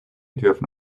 dürfen